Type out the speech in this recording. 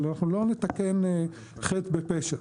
אבל אנחנו לא נתקן חטא בפשע.